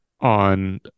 on